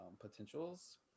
potentials